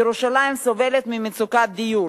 ירושלים סובלת ממצוקת דיור.